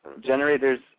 generators